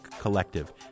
Collective